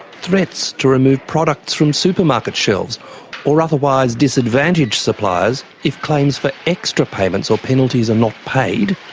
threats to remove products from supermarket shelves or otherwise disadvantage suppliers if claims for extra payments or penalties are not paid.